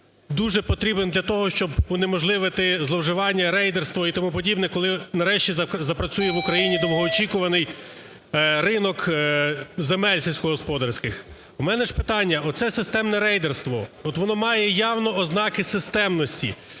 дуже потрібен для того, щоб унеможливити зловживання, рейдерство і тому подібне, коли нарешті запрацює в Україні довгоочікуваний ринок земель сільськогосподарських. У мене ж питання, оце системне рейдерство, от воно має явно ознаки системності,